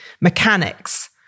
mechanics